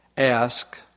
ask